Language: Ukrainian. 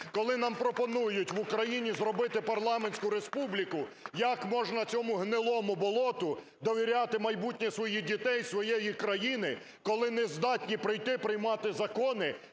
Коли нам пропонують в Україні зробити парламентську республіку, як можна цьому гнилому болоту довіряти майбутнє своїх дітей і своєї країни, коли не здатні прийти і приймати закони,